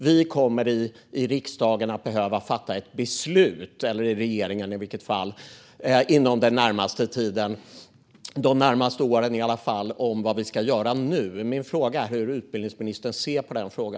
Vi kommer inom de närmaste åren att behöva fatta ett beslut i riksdagen, eller i alla fall i regeringen, om vad vi ska göra nu. Min fråga är hur utbildningsministern ser på detta.